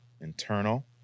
internal